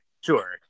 Sure